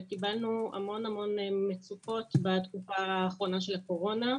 וקיבלנו המון דיווחים על מצוקות בתקופה האחרונה של הקורונה.